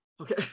Okay